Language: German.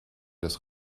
des